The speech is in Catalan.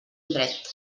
indret